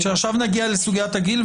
עכשיו נגיע לסוגיית הגיל,